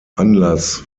anlass